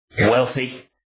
wealthy